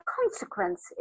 consequence